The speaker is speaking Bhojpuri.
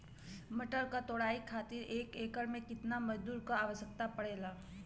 मटर क तोड़ाई खातीर एक एकड़ में कितना मजदूर क आवश्यकता पड़ेला?